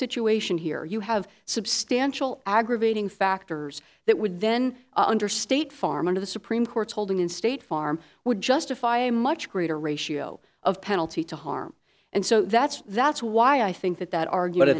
situation here you have substantial aggravating factors that would then understate farman of the supreme court's holding in state farm would justify a much greater ratio of penalty to harm and so that's that's why i think that that argument